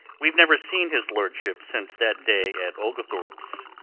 we've never seen his lordship since that day at oglethorpe's.